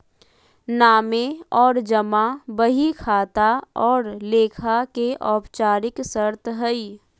नामे और जमा बही खाता और लेखा के औपचारिक शर्त हइ